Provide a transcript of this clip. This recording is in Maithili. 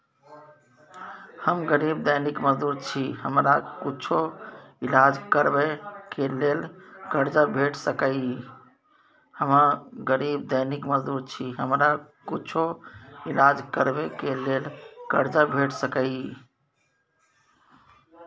हम गरीब दैनिक मजदूर छी, हमरा कुछो ईलाज करबै के लेल कर्जा भेट सकै इ?